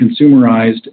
consumerized